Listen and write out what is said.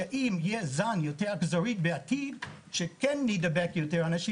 אם יהיה זן יותר אכזרי בעתיד שכן יידבקו יותר אנשים,